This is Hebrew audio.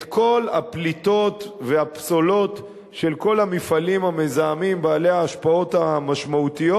את כל הפליטות והפסולות של כל המפעלים המזהמים בעלי ההשפעות המשמעותיות.